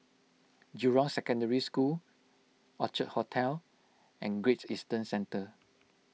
Jurong Secondary School Orchard Hotel and Great Eastern Centre